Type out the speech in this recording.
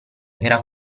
era